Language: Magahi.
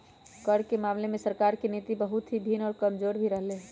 कर के मामले में सरकार के नीति बहुत ही भिन्न और कमजोर भी रहले है